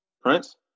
Prince